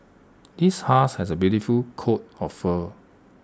this husky has A beautiful coat of fur